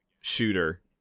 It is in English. shooter